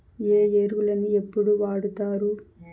ఏ ఎరువులని ఎప్పుడు వాడుతారు?